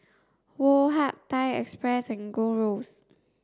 Woh Hup Thai Express and Gold Roast